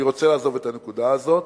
אני רוצה לעזוב את הנקודה הזאת,